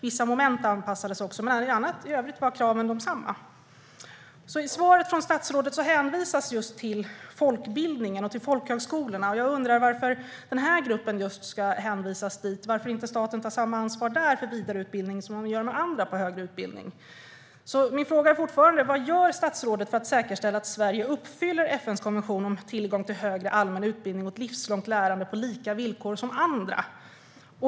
Vissa moment anpassades också, men i övrigt var kraven desamma. I svaret från statsrådet hänvisas det just till folkbildningen och till folkhögskolorna. Jag undrar varför just den här gruppen ska hänvisas dit och varför staten inte tar samma ansvar där för vidareutbildning som den gör när det gäller andra och högre utbildning. Min fråga är fortfarande vad statsrådet gör för att säkerställa att Sverige uppfyller FN:s konvention om tillgång till högre allmän utbildning och ett livslångt lärande på samma villkor som andra.